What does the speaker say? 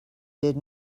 did